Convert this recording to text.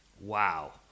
Wow